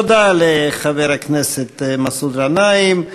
תודה לחבר הכנסת מסעוד גנאים.